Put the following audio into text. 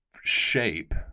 shape